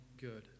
good